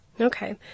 Okay